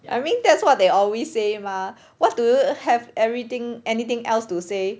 I mean that's what they always say mah what do you have everything anything else to say